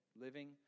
living